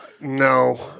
No